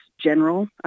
general